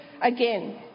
again